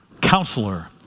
Counselor